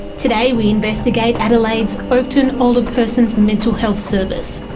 today we investigate adelaide's oakden older person's mental health service.